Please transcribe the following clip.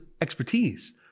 expertise